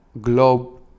globe